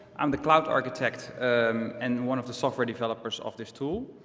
i'm the cloud architect and one of the software developers of this tool.